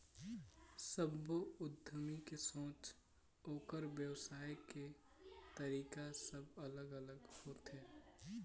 सब्बो उद्यमी के सोच, ओखर बेवसाय के तरीका सब अलग अलग होथे